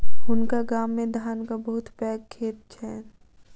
हुनका गाम मे धानक बहुत पैघ खेत छैन